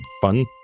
fun